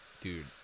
dude